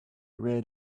read